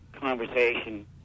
conversation